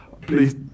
please